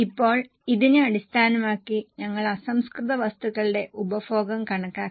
ഇപ്പോൾ ഇതിനെ അടിസ്ഥാനമാക്കി ഞങ്ങൾ അസംസ്കൃത വസ്തുക്കളുടെ ഉപഭോഗം കണക്കാക്കി